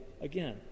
Again